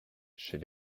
chez